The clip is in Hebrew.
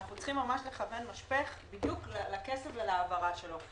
אנחנו צריכים לכוון משפך לכסף ולהעברה שלו.